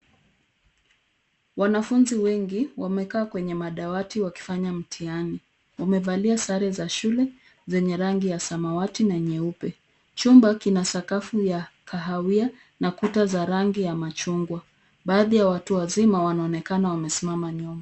Wanafunzi wengi wamekaa kwenye madawati wakifanya mitihani. Wamevalia sare za shule zenye rangi ya zamawati na nyeupe. Jumba kina sakafu ya kahawia na ukuta za rangi ya majungwa. Baadhi ya watu wazima wanaonekana wamesimama nyuma.